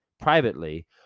privately